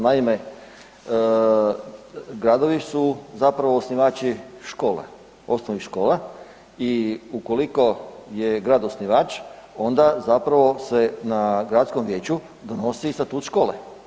Naime, gradovi su zapravo osnivači škola, osnovnih škola i ukoliko je grad osnivač, onda zapravo se na gradskom vijeću donosi i statut škole.